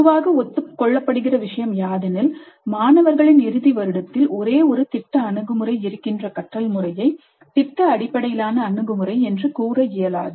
பொதுவாக ஒத்துக் கொள்ளப் படுகிற விஷயம் யாதெனில் மாணவர்களின் இறுதி வருடத்தில் ஒரே ஒரு திட்ட அணுகுமுறை இருக்கின்ற கற்றல் முறையை திட்ட அடிப்படையிலான அணுகுமுறை என்று கூற இயலாது